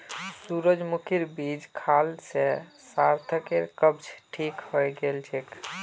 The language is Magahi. सूरजमुखीर बीज खाल से सार्थकेर कब्ज ठीक हइ गेल छेक